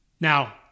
Now